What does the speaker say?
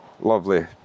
lovely